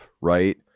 right